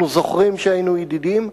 אנחנו זוכרים שהיינו ידידים,